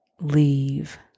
leave